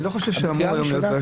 אני לא חושב שאמורה להיות היום קריאה